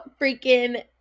freaking